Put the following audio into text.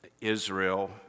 Israel